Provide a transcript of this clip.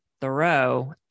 Thoreau